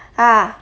ah